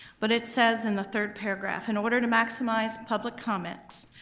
but it says in the third paragraph, in order to maximize public comment,